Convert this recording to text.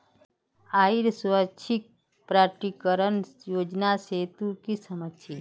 आइर स्वैच्छिक प्रकटीकरण योजना से तू की समझ छि